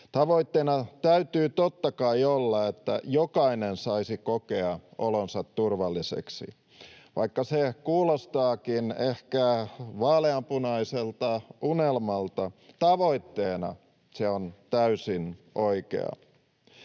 Tavoitteena täytyy totta kai olla, että jokainen saisi kokea olonsa turvalliseksi. Vaikka se kuulostaakin ehkä vaaleanpunaiselta unelmalta, tavoitteena se on täysin oikea.